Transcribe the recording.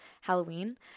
Halloween